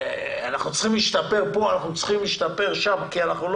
אנחנו צריכים להשתפר פה ולהשתפר שם כי אנחנו לא